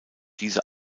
diese